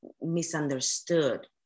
misunderstood